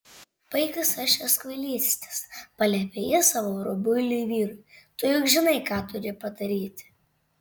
baik visas šias kvailystes paliepė ji savo rubuiliui vyrui tu juk žinai ką turi padaryti